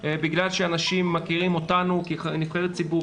בגלל שאנשים מכירים אותנו כנבחרי ציבור,